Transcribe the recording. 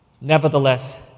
Nevertheless